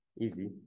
easy